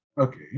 Okay